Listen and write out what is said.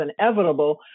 inevitable